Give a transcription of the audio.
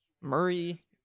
Murray